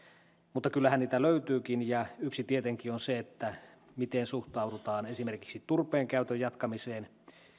mutta kyllähän niitä löytyykin ja yksi tietenkin on se miten suhtaudutaan esimerkiksi turpeenkäytön jatkamiseen